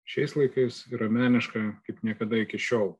šiais laikais yra meniška kaip niekada iki šiol